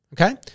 Okay